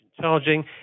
charging